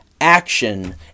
action